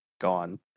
gone